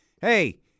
Hey